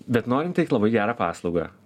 bet norim teikt labai gerą paslaugą